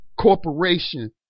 corporation